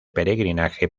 peregrinaje